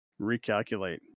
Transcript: recalculate